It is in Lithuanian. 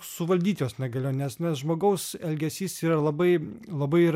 suvaldyt jos negalėjo nes nes žmogaus elgesys yra labai labai yra